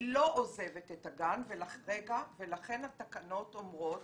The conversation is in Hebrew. היא לא עוזבת את הגן ולכן התקנות אומרות